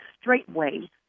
straightway